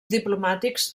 diplomàtics